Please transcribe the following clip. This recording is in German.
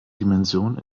dimension